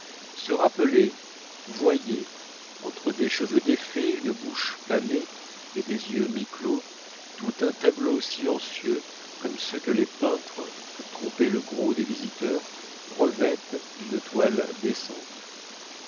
se rappelait voyait entre des cheveux défaits une bouche pâmée et des yeux mi-clos tout un tableau silencieux comme ceux que les peintres pour tromper le gros des visiteurs revêtent d'une toile décente